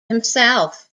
himself